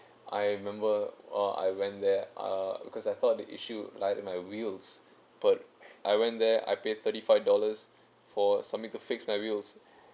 I remember !wah! I went there uh because I thought the issue like in my wheels but I went there I pay thirty five dollars for something to fix my wheels